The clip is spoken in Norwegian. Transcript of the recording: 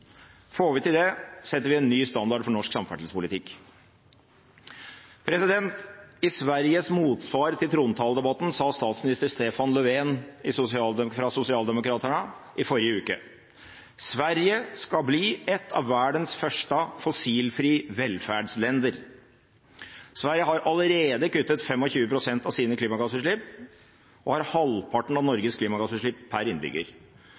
Får vi til det, setter vi en ny standard for norsk samferdselspolitikk. I Sveriges motsvar til trontaledebatten for tre uker siden sa statsminister Stefan Löfven fra Socialdemokraterna: «Sverige ska bli ett av världens första fossilfria välfärdsländer.» Sverige har allerede kuttet 25 pst. av sine klimagassutslipp, og de har halvparten av Norges klimagassutslipp per innbygger.